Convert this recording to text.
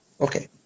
Okay